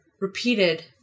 repeated